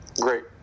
great